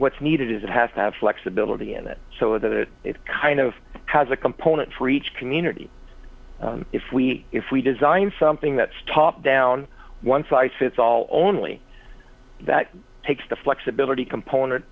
what's needed is it has to have flexibility in it so that it kind of has a component for each community if we if we design something that's top down one size fits all only that takes the flexibility component